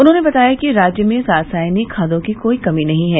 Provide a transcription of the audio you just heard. उन्होंने बताया कि राज्य में रासायनिक खादों की कोई कमी नहीं है